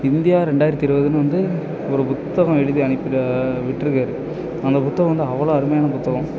India ரெண்டாயிரத்தி இருபதுனு வந்து ஒரு புத்தகம் எழுதி அனுப்பிட விட்டிருக்காரு அந்த புத்தகம் வந்து அவ்வளோ அருமையான புத்தகம்